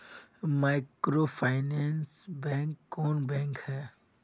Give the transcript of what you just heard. Microfinance bank कौन bank है?